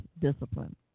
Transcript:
discipline